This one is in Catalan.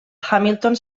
hamilton